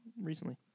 recently